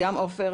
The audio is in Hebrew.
גם עפר.